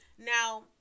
Now